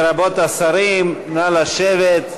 חברי הכנסת, לרבות השרים, נא לשבת.